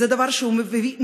זה דבר שהוא מביש,